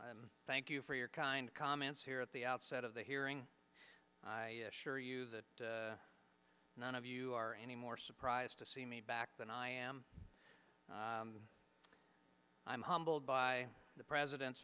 and thank you for your kind comments here at the outset of the hearing i assure you that none of you are any more surprised to see me back than i am i'm humbled by the president's